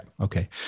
Okay